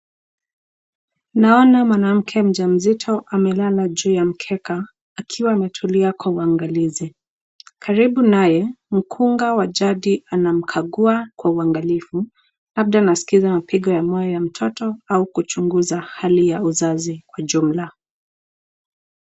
Naona mwanamke mjamzito amelala juu ya mkeka akiwa ametulia kwa uangalizi, karibu naye mkunga wa jadi anamkagua kwa uangalifu labda anaskiza mpigo ya moyo ya mtoto au kuchunguza hali ya uzazi kwa jumla.